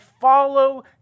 follow